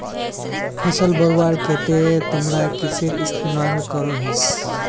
फसल बढ़वार केते तुमरा किसेर इस्तेमाल करोहिस?